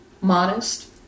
modest